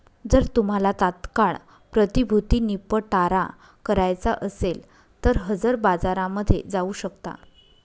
जर तुम्हाला तात्काळ प्रतिभूती निपटारा करायचा असेल तर हजर बाजारामध्ये जाऊ शकता